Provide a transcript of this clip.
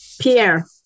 Pierre